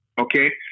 Okay